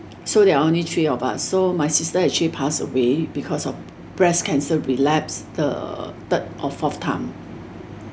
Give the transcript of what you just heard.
so there are only three of us so my sister actually pass away because of breast cancer relapse the third or fourth time